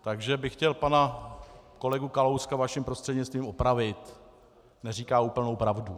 Takže bych chtěl pana kolegu Kalouska vaším prostřednictvím opravit, neříká úplnou pravdu.